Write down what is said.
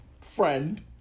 friend